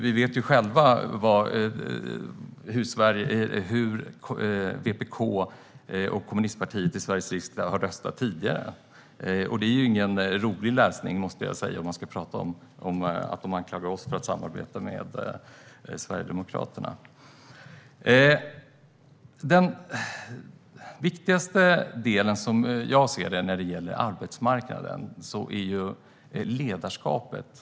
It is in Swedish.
Vi vet själva hur VPK och kommunistpartiet i Sveriges riksdag har röstat tidigare. Det är ingen rolig läsning, måste jag säga, om de nu anklagar oss för att samarbeta med Sverigedemokraterna. Den viktigaste delen när det gäller arbetsmarknaden är ledarskapet, som jag ser det.